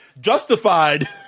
Justified